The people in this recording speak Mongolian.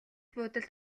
буудалд